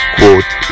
quote